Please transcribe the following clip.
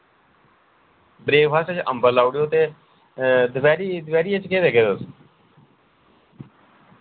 breakfast च अम्बल लाउड़यो ते दपैह्री दपैह्रिये च केह् देगे तुस